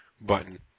button